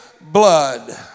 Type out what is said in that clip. blood